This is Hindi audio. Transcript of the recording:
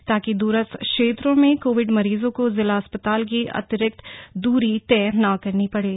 ताकि दूरस्थ क्षेत्रों के कोविड मरीजों को जिला अस्पताल की अतिरिक्त दूरी तय ना करने पड़े